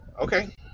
Okay